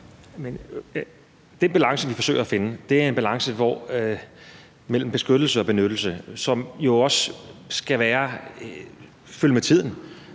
Den balance, vi forsøger at finde, er en balance mellem beskyttelse og benyttelse, som jo også skal følge med tiden.